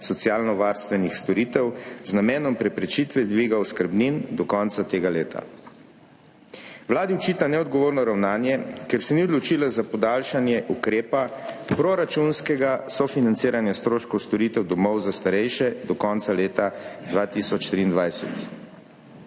socialnovarstvenih storitev z namenom preprečitve dviga oskrbnin do konca tega leta. Vladi očita neodgovorno ravnanje, ker se ni odločila za podaljšanje ukrepa proračunskega sofinanciranja stroškov storitev domov za starejše do konca leta 2023.